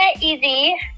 easy